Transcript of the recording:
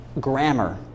grammar